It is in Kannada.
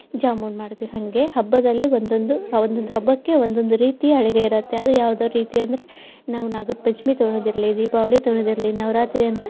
ಜಾಮೂನು ಮಾಡ್ತೀವಿ ಹಾಗೆ ಹಬ್ಬದಲ್ಲಿ ಒಂದೊಂದು ಒಂದೊಂದು ಹಬ್ಬಕ್ಕೆ ಒಂದೊಂದು ರೀತಿಯ ಅಡುಗೆ ಇರುತ್ತೆ ಅದು ಯಾವುದು ರೀತಿ ಅಂದರೆ ನಾವು ನಾಗ್ರ ಪಂಚಮಿ ತಗೊಳ್ಳೋದು ಇರಲಿ ದೀಪಾವಳಿ ತಗೊಳ್ಳೋದು ಇರಲಿ ನವರಾತ್ರಿ ಅಂತೂ